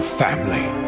family